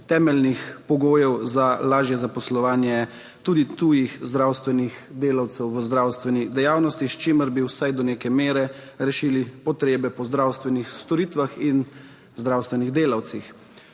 temeljnih pogojev za lažje zaposlovanje tudi tujih zdravstvenih delavcev v zdravstveni dejavnosti, s čimer bi vsaj do neke mere rešili potrebe po zdravstvenih storitvah in zdravstvenih delavcih.